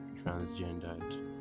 transgendered